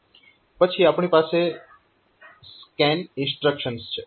પછી આપણી પાસે સ્કેન ઇન્સ્ટ્રક્શન્સ છે